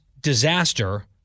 disaster